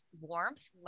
warmth